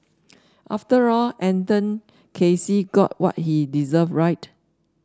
after all Anton Casey got what he deserved right